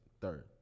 third